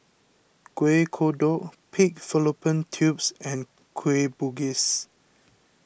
Kuih Kodok Pig Fallopian Tubes and Kueh Bugis